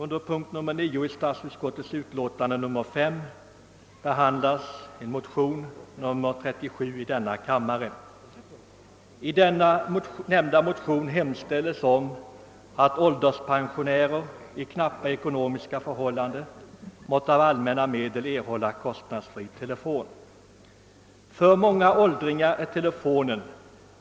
Herr talman! Under förevarande punkt behandlas även motionen II: 37, i vilken herr Eriksson i Bäckmora och jag hemställt att ålderspensionärer i knappa ekonomiska förhållanden måtte av allmänna medel erhålla kostnadsfri telefon. För många åldringar är telefonen .